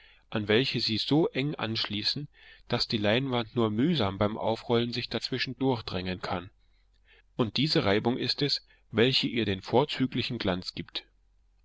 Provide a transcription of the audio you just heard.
an welche sie so eng anschließen daß die leinwand nur mühsam beim aufrollen sich dazwischen durchdrängen kann und diese reibung ist es welche ihr den vorzüglichen glanz gibt